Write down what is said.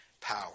power